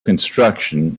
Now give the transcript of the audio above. construction